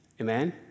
Amen